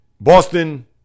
Boston